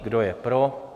Kdo je pro?